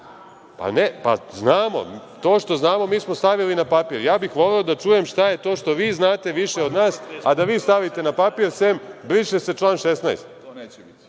znate!)Pa, znamo. To što znamo, mi smo stavili na papir. Ja bih voleo da čujem šta je to što vi znate više od nas, a da vi stavite na papir, sem - briše se član 16.Da je suština